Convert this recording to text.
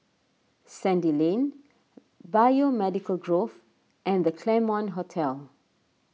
Sandy Lane Biomedical Grove and the Claremont Hotel